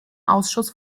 ausschuss